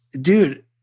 Dude